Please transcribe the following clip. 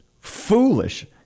foolish